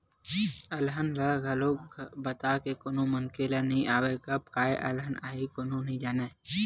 अलहन ह घलोक बता के कोनो मनखे ल नइ आवय, कब काय अलहन आही कोनो नइ जानय